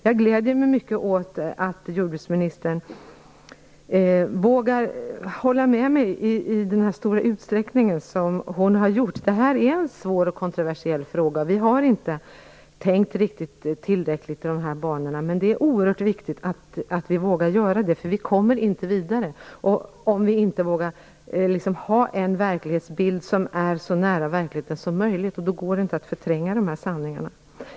Jag gläder mig mycket åt att jordbruksministern vågar hålla med mig i så stor utsträckning som hon gör. Det här är en svår och kontroversiell fråga. Vi har inte tänkt tillräckligt i de här banorna. Det är oerhört viktigt att vi vågar göra det. Vi kommer inte vidare om vi inte vågar ha en verklighetsbild som är så nära verkligheten som möjligt. Då går det inte att förtränga sanningarna.